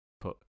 put